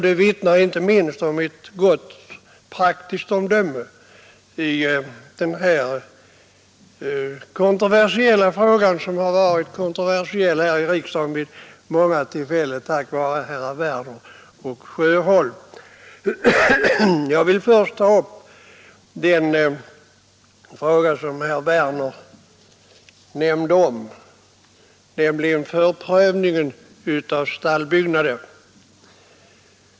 Det vittnar inte minst om ett gott praktiskt omdöme i denna fråga som varit kontroversiell här i riksdagen vid många tillfällen tack vare herrar Werner i Malmö och Sjöholm. Jag vill först ta upp den fråga som herr Werner nämnde, nämligen förprövningen av stallbyggnader.